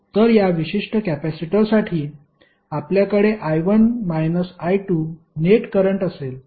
तर या विशिष्ट कॅपेसिटरसाठी आपल्याकडे I1 I2 नेट करंट असेल